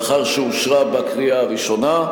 לאחר שאושרה בקריאה הראשונה.